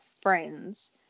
Friends